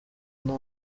nta